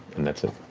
and that's it.